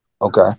Okay